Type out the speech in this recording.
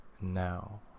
now